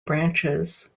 branches